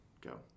go